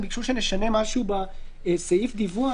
הם ביקשו שנשנה משהו בסעיף דיווח.